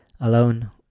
alone